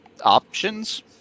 options